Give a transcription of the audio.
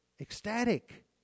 ecstatic